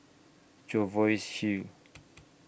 Jervois Hill